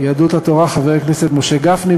יהדות התורה, חבר הכנסת משה גפני.